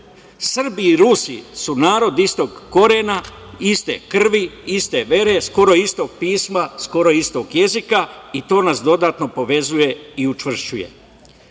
Srbi i Rusi su narod istog korena, iste krvi, iste vere, skoro istog pisma, skoro istog jezika, i to nas dodatno povezuje i učvršćuje. Poštovani